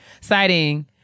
citing